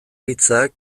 hitzak